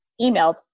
emailed